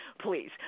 please